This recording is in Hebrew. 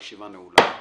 הישיבה נעולה.